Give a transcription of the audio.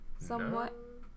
Somewhat